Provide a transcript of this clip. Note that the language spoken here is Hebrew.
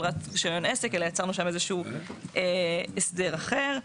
רישיון עסק אלא יצרנו שם איזשהו הסדר אחר.